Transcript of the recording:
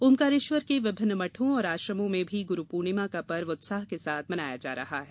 ओमकारेश्वर के विभिन्न मठों और आश्रमों में भी गुरू पूर्णिमा का पर्व उत्साह के साथ मनाया जा रहा है